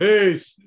Peace